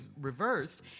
reversed